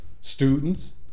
students